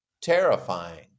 terrifying